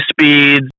speeds